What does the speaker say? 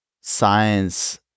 science